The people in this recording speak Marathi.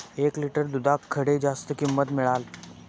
एक लिटर दूधाक खडे जास्त किंमत मिळात?